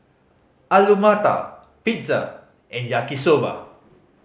Alu Matar Pizza and Yaki Soba